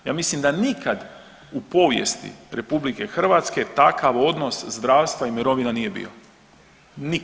Ja mislim da nikad u povijesti RH takav odnos zdravstva i mirovina nije bio, nikad.